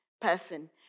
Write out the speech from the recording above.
person